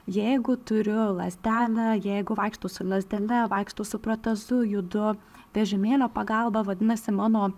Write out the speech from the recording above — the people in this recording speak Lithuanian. jeigu turiu lazdelę jeigu vaikštau su lazdele vaikštau su protezu judu vežimėlio pagalba vadinasi mano